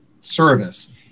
service